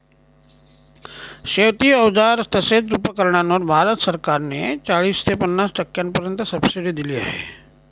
शेती अवजार तसेच उपकरणांवर भारत सरकार ने चाळीस ते पन्नास टक्क्यांपर्यंत सबसिडी दिली आहे